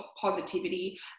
positivity